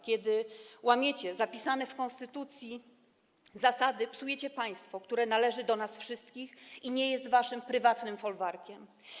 Kiedy łamiecie zapisane w konstytucji zasady, psujecie państwo, które należy do nas wszystkich i nie jest waszym prywatnym folwarkiem.